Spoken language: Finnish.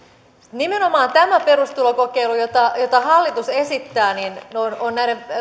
nimenomaan tämä perustulokokeilu jota hallitus esittää on näiden